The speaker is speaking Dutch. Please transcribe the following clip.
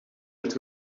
het